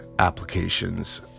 applications